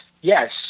yes